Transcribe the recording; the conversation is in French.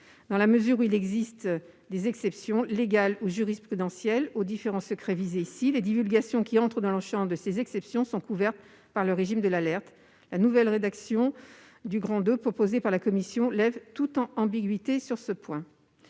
Dans la mesure où il existe des exceptions, légales ou jurisprudentielles, aux différents secrets visés ici, les divulgations qui entrent dans le champ de ces exceptions sont couvertes par le régime de l'alerte. La nouvelle rédaction du II du présent article proposée par la commission lève toute ambiguïté sur ce point.